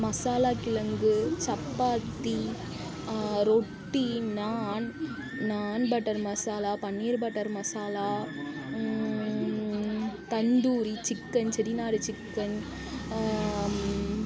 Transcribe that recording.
மசாலா கிழங்கு சப்பாத்தி ரொட்டி naan naan butter masala paneer butter masala tandoori chicken Chettinad chicken